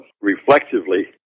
reflectively